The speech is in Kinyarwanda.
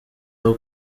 aho